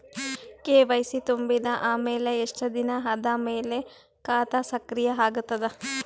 KYC ತುಂಬಿದ ಅಮೆಲ ಎಷ್ಟ ದಿನ ಆದ ಮೇಲ ಖಾತಾ ಸಕ್ರಿಯ ಅಗತದ?